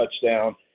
touchdown